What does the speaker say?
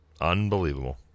Unbelievable